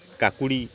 କାକୁଡ଼ି